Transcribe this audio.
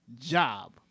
job